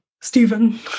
Stephen